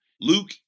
Luke